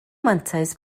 mantais